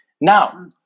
Now